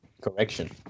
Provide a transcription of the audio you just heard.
Correction